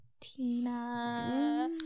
Tina